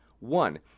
one